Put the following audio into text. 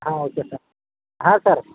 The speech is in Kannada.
ಹಾಂ ಓಕೆ ಸರ್ ಹಾಂ ಸರ್